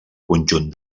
conjunt